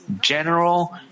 General